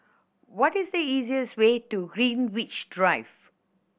what is the easiest way to Greenwich Drive